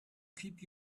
keep